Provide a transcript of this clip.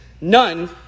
none